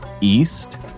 east